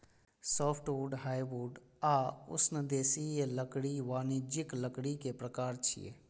softwood, hardwood आ उष्णदेशीय लकड़ी वाणिज्यिक लकड़ी के प्रकार छियै